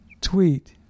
tweet